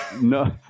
No